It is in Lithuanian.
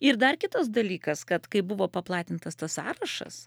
ir dar kitas dalykas kad kai buvo paplatintas tas sąrašas